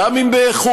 גם אם באיחור,